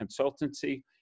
consultancy